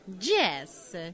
Yes